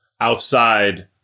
outside